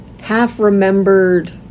half-remembered